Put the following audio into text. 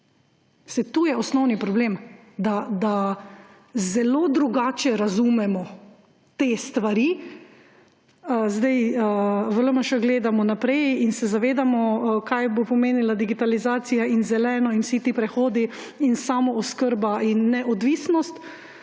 Saj to je osnovni problem, da zelo drugače razumemo te stvari! V LMŠ gledamo naprej in se zavedamo, kaj bo pomenila digitalizacija in zeleno in vsi ti prehodi in samooskrba in neodvisnost.